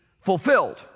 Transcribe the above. fulfilled